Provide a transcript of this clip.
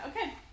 Okay